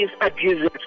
abuses